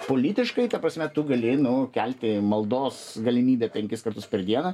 politiškai ta prasme tu gali nu kelti maldos galimybę penkis kartus per dieną